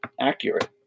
accurate